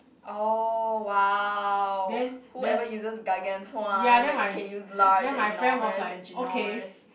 oh !wow! who ever uses gargantuan when you can use large enormous and ginormous